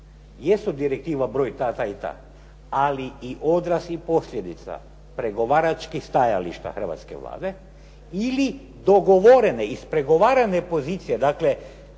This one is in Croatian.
jesu direktiva broj ta, ta i ta, ali i odraslih posljedica pregovaračkih stajališta Hrvatske Vlade ili dogovorene ispregovarane pozicije, dakle